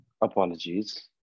Apologies